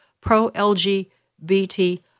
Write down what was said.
pro-LGBT